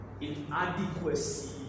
inadequacy